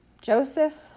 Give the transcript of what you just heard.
Joseph